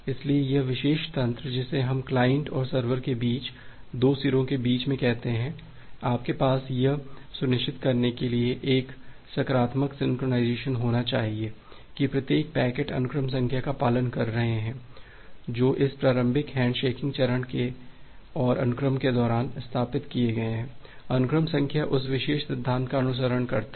इसलिए यह विशेष तंत्र जिसे हम क्लाइंट और सर्वर के बीच दो सिरों के बीच में कहते हैं आपके पास यह सुनिश्चित करने के लिए एक सकारात्मक सिंक्रनाइज़ेशन होना चाहिए कि प्रत्येक पैकेट अनुक्रम संख्या का पालन कर रहे हैं जो इस प्रारंभिक हैंडशेकिंग चरण और अनुक्रम के दौरान स्थापित किए गए हैं अनुक्रम संख्या उस विशेष सिद्धांत का अनुसरण करता है